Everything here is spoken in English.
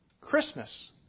Christmas